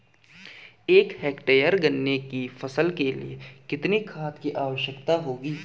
एक हेक्टेयर गन्ने की फसल के लिए कितनी खाद की आवश्यकता होगी?